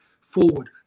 forward